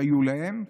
שהיו להם.